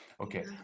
okay